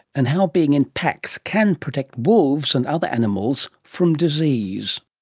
and how being in packs can protect wolves and other animals from disease.